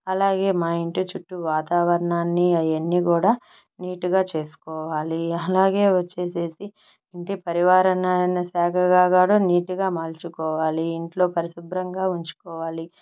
అలాగే మా ఇంటి చుట్టూ వాతావరణాన్ని అవన్నీ కూడా నీటిగా చేసుకోవాలి అలాగే వచ్చేసేసి ఇంటి పరివారణాన్ని శాఖగా కాక నీటుగా మలుచుకోవాలి ఇంట్లో పరిశుభ్రంగా ఉంచుకోవాలి